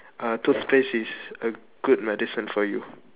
uh toothpaste is a good medicine for you